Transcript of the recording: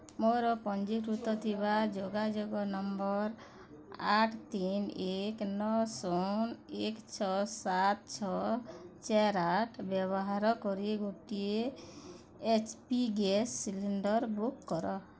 ମୋର ପଞ୍ଜୀକୃତ ଥିବା ଯୋଗାଯୋଗ ନମ୍ବର ଆଠ ତିନି ଏକ ନଅ ଶୂନ ଏକ ଛଅ ସାତ ଛଅ ଚାରି ଆଠ ବ୍ୟବାହାର କରି ଗୋଟିଏ H P gas cylinder book କର